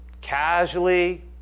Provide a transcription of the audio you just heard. casually